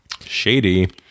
Shady